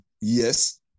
Yes